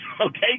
Okay